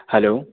hello